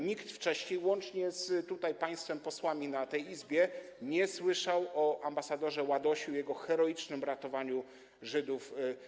Nikt wcześniej, łącznie tutaj z państwem posłami w tej Izbie, nie słyszał o ambasadorze Ładosiu i jego heroicznym ratowaniu Żydów.